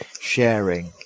sharing